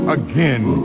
again